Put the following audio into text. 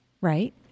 Right